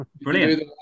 Brilliant